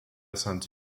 sainte